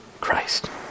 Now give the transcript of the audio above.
Christ